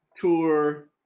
Tour